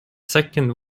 second